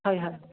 হয় হয়